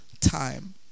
time